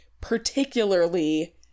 particularly